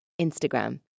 Instagram